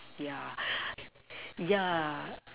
yeah yeah